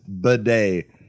bidet